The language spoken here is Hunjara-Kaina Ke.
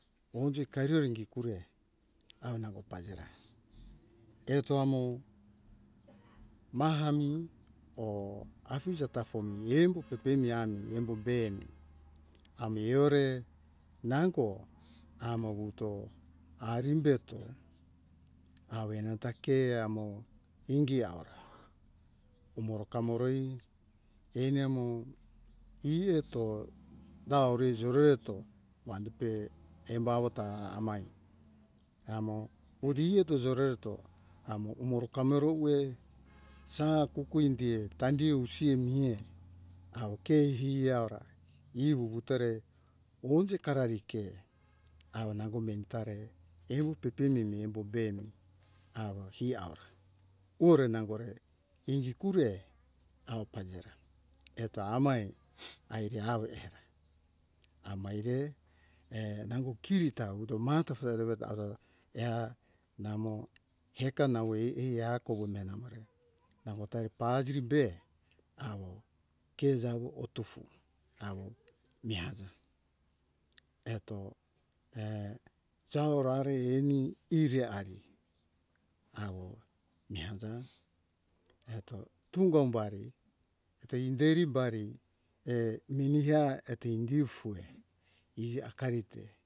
Og kariri ingi kure au nango pazira eto amo mahami o afije te tapo mi embo pepemi ami embo be ami ore nango amo wuto arimbeto awe na ta ke amo ingi awora umoro kamoroi ani amo iji eto nau ri zorere eto one be embo awo ta ami amo uriri eto zorere eto amo umoro kamoro uwe sa kuku indie tandiu siamie awo kei aura ivuvu tore woje karari ke awo nango meni tare iwu pepememi embo nango be mi awo hi aura ore nangore ingi kure awo paziremi eto amai aire awo rera amire err nango kiri tau to mato feroweto aura eha namo heka nau eha kohuve namore nangota paziri be namore awo ke zawo otofu awo mi haza eto err sawo ra re ani ire ari awo mehaja eto tunga bari tein deri bari err mini eha eto indi ufue iji akari be